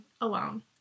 alone